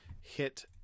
hit